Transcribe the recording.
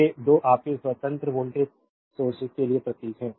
तो ये 2 आपके स्वतंत्र वोल्टेज सोर्सेज के लिए प्रतीक हैं